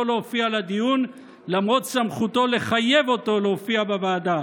להופיע לדיון למרות סמכותו לחייב אותו להופיע בוועדה.